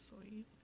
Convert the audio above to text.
sweet